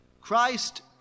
Christ